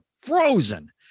frozen